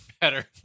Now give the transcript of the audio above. better